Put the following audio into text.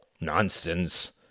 Nonsense